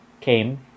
came